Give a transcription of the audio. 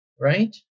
right